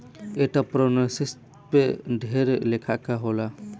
entrepreneurship ढेर लेखा के होला